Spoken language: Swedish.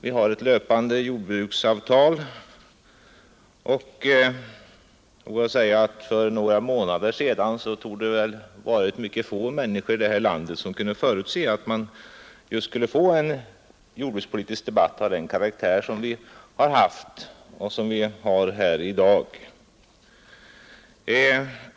Vi har ett löpande jordbruksavtal, och för några månader sedan torde det ha varit mycket få människor här i landet som kunde förutse att man skulle få en jordbrukspolitisk debatt av den karaktär som vi har haft och som vi har här i dag.